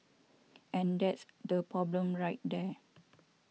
and that's the problem right there